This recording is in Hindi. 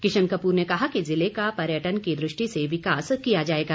किशन कपूर ने कहा कि जिले का पर्यटन की दृष्टि से विकास किया जाएगा